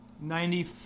Ninety-